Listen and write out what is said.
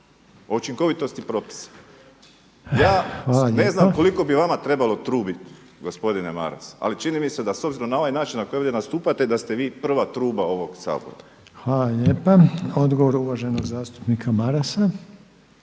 učinkovitosti propisa. Ja ne znam koliko bi vama trebalo trubiti, gospodine Maras, ali čini mi se da s obzirom na ovaj način na koji ovdje nastupate da ste vi prva truba ovog Sabora. **Reiner, Željko (HDZ)** Hvala lijepa. Odgovor uvaženog zastupnika Marasa.